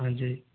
हाँ जी